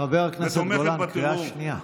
חבר הכנסת גולן, קריאה שנייה.